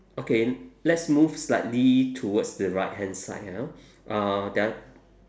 okay let's move slightly towards the right hand side ah uh there are